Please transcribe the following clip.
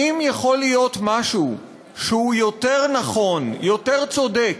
האם יכול להיות משהו שהוא יותר נכון, יותר צודק,